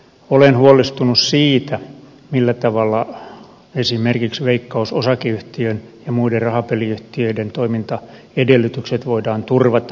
olen huolestunut siitä millä tavalla esimerkiksi veikkaus osakeyhtiön ja muiden rahapeliyhtiöiden toimintaedellytykset voidaan turvata